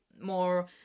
more